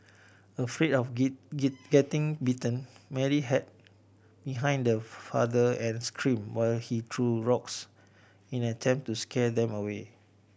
afraid of getting bitten Mary hid behind father and screamed while he threw rocks in an attempt to scare them away